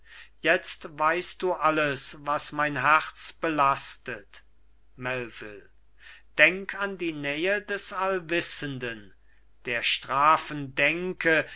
jetzt weißt du alles was mein herz belastet melvil denk an die nähe des allwissenden der strafen denke